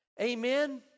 Amen